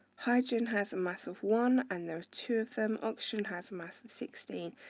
hydrogen has a mass of one, and there are two of them. oxygen has a mass of sixteen,